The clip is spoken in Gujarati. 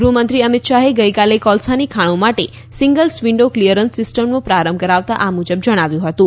ગૃહમંત્રી અમિત શાહે ગઈકાલે કોલસાની ખાણો માટે સિંગલ્સ વિન્ડો ક્લીઅરન્સ સિસ્ટમનો પ્રારંભ કરાવતા આ મુજબ જણાવ્યું હતું